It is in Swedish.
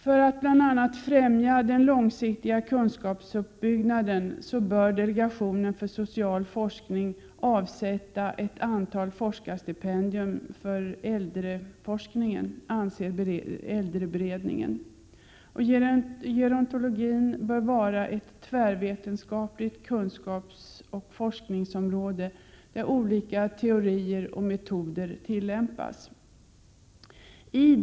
För att bl.a. främja den långsiktiga kunskapsuppbyggnaden bör delegationen för social forskning avsätta ett antal forskarstipendier för äldreforskningen, anser äldreberedningen. Gerontologin bör vara ett tvärvetenskapligt kunskapsoch forskningsområde, där olika teorier och metoder tillämpas.